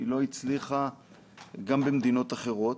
היא לא הצליחה גם במדינות אחרות,